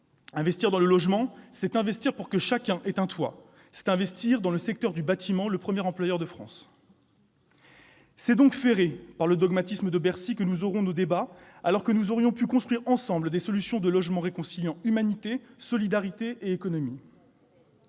Investir dans le logement, c'est investir pour que chacun ait un toit ; c'est investir dans le secteur du bâtiment, le premier employeur de France. C'est donc ferrés par le dogmatisme de Bercy que nous allons débattre, alors que nous aurions pu construire ensemble des solutions de logement réconciliant humanité, solidarité et économie.